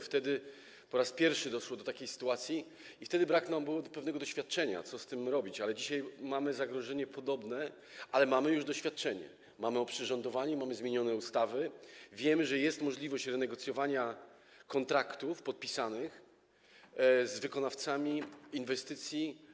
Wtedy po raz pierwszy doszło do takiej sytuacji i brak nam było wówczas pewnego doświadczenia, co z tym robić, dzisiaj mamy zagrożenie podobne, ale mamy już doświadczenie, mamy oprzyrządowanie, mamy zmienione ustawy, wiemy, że jest możliwość renegocjowania kontraktów podpisanych z wykonawcami inwestycji.